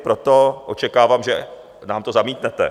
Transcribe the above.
Proto očekávám, že nám to zamítnete.